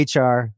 HR